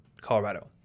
Colorado